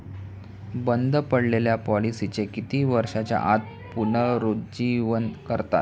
बंद पडलेल्या पॉलिसीचे किती वर्षांच्या आत पुनरुज्जीवन करता येते?